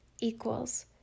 equals